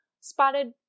spotted